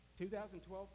2012